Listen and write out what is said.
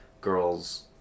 girls